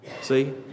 See